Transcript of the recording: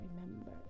remember